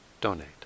donate